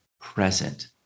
present